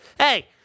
Hey